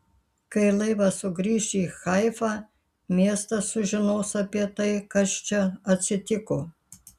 kai laivas sugrįš į haifą miestas sužinos apie tai kas čia atsitiko